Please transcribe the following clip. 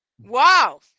Wow